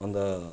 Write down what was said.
अन्त